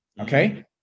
okay